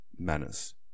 manners